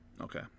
Okay